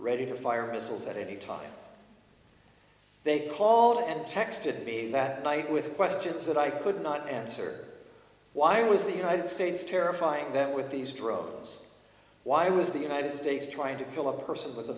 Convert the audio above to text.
ready to fire missiles at any time they call and text it be that night with questions that i could not answer why was the united states terrifying them with these drones why was the united states trying to kill a person w